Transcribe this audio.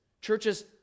Churches